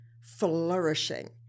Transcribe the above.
flourishing